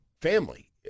family